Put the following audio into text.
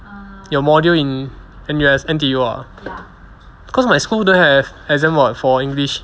your module in N_U_S N_T_U ah because my school don't have exam mod for english